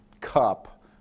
cup